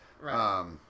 Right